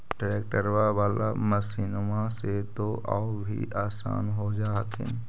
ट्रैक्टरबा बाला मसिन्मा से तो औ भी आसन हो जा हखिन?